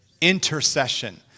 intercession